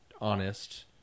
honest